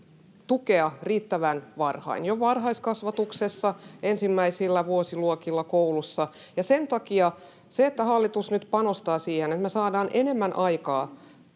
tukea riittävän varhain, jo varhaiskasvatuksessa ja ensimmäisillä vuosiluokilla koulussa. Sen takia se, että hallitus nyt panostaa siihen, että me saadaan enemmän aikaa